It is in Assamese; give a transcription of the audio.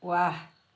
ৱাহ